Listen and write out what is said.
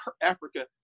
Africa